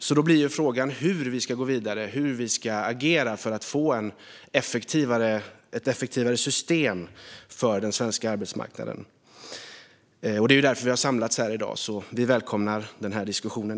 Frågan blir därför hur vi ska gå vidare och hur vi ska agera för att få ett effektivare system för den svenska arbetsmarknaden, och det är därför vi har samlats här i dag. Vi välkomnar diskussionen.